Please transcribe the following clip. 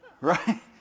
Right